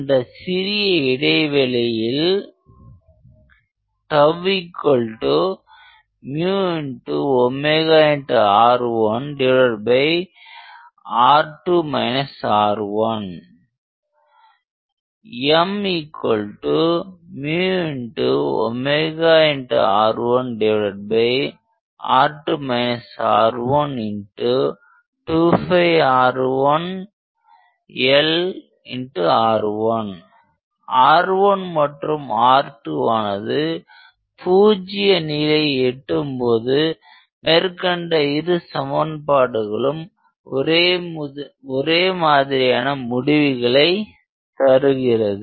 அந்த சிறிய இடைவெளியில் R1 மற்றும் R2 ஆனது பூஜ்ஜிய நிலையை எட்டும்போது மேற்கண்ட இரு சமன்பாடுகளும் ஒரே மாதிரியான முடிவுகளை தருகிறது